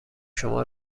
شما